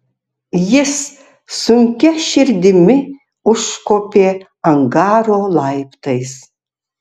jis sunkia širdimi užkopė angaro laiptais